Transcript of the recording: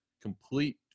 complete